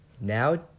Now